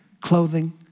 clothing